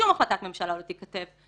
שום החלטת ממשלה לא תיכתב,